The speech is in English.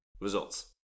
results